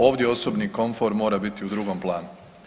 Ovdje osobni komfor mora biti u drugom planu.